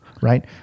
right